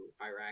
Iraq